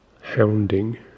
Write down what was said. hounding